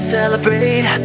Celebrate